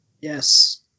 Yes